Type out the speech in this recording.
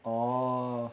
orh